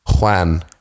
Juan